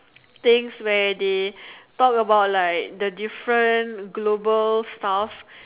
things where they talk about like the different global stuff